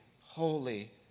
holy